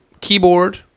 keyboard